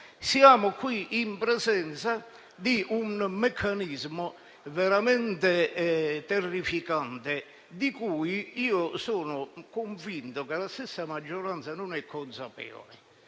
Siamo qui in presenza di un meccanismo veramente terrificante. Sono convinto che la stessa maggioranza non sia consapevole